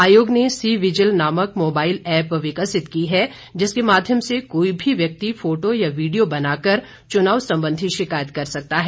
आयोग ने C vigil नामक मोबाईल एप्प विकसित की है जिसके माध्यम से कोई भी व्यक्ति फोटो या वीडियो बना कर चुनाव सम्बंधी शिकायत कर सकता है